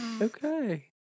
Okay